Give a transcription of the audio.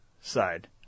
side